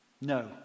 No